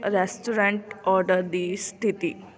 restaurant order ਦੀ ਸਥਿਤੀ